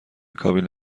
کابین